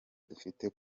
dufite